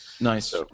Nice